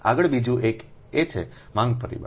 આગળ બીજું એક છે માંગ પરિબળ